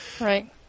right